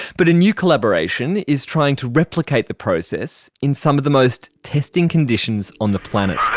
but a new collaboration is trying to replicate the process in some of the most testing conditions on the planet.